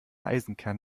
eisenkern